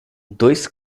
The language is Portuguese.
dois